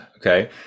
Okay